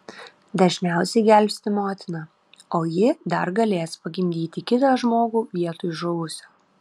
dažniausiai gelbsti motiną o ji dar galės pagimdyti kitą žmogų vietoj žuvusio